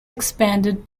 expanded